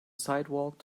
sidewalk